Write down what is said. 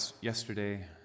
Yesterday